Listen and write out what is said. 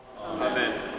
Amen